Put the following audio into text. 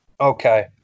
Okay